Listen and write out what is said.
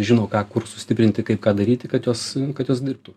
žino ką kur sustiprinti kaip ką daryti kad jos kad jos dirbtų